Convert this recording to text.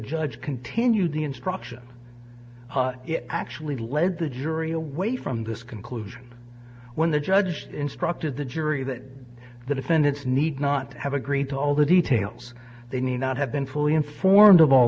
judge continued the instruction it actually led the jury away from this conclusion when the judge that instructed the jury that the defendants need not have agreed to all the details they need not have been fully informed of all